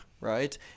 right